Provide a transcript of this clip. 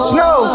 Snow